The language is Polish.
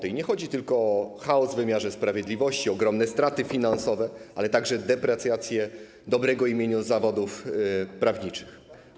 I nie chodzi tylko o chaos w wymiarze sprawiedliwości, ogromne straty finansowe, ale także o deprecjację dobrego imienia zawodów prawniczych.